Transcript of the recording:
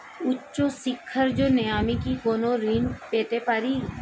উচ্চশিক্ষার জন্য আমি কি কোনো ঋণ পেতে পারি?